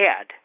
add